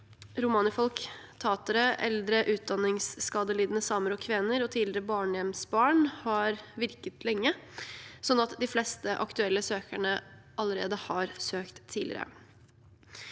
romanifolk, tatere, eldre utdanningsskadelidende samer og kvener og tidligere barnehjemsbarn, har virket lenge, slik at de fleste aktuelle søkere allerede har søkt tidligere.